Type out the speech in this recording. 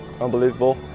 unbelievable